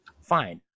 Fine